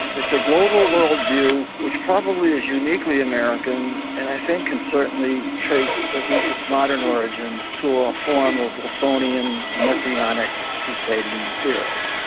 it's a global world view which probably is uniquely american and i think can certainly trace at least its modern origins to a form of wilsonian, messianic crusading spirit.